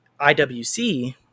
IWC